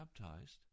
baptized